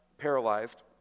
paralyzed